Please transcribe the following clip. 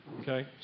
Okay